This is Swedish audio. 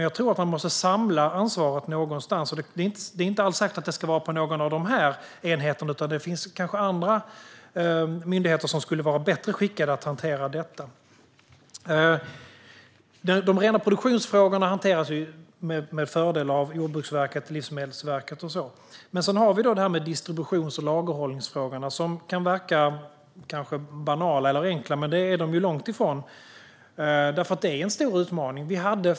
Jag tror dock att ansvaret måste samlas någonstans, och det är inte alls säkert att det ska vara på någon av de här enheterna, utan det kanske finns andra myndigheter som skulle vara bättre skickade att hantera detta. De rena produktionsfrågorna hanteras med fördel av Jordbruksverket, Livsmedelsverket och så vidare. Så har vi distributions och lagerhållningsfrågorna, som kan verka banala eller enkla. Men det är de långt ifrån; dessa frågor är tvärtom en stor utmaning.